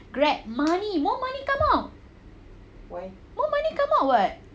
Grab money come out more money come out [what]